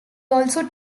also